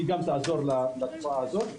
שהיא גם תעזור לתופעה הזאת.